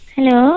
Hello